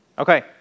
Okay